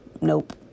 nope